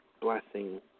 blessing